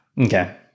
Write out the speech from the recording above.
Okay